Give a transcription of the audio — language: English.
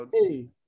hey